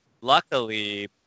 Luckily